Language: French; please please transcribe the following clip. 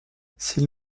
s’il